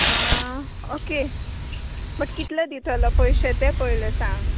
हां okay but कितलो दितोलो पयशे तें पयलें सांग